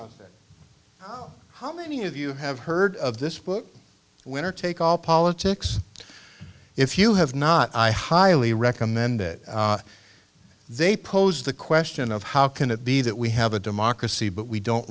how many of you have heard of this book winner take all politics if you have not i highly recommend it they posed the question of how can it be that we have a democracy but we don't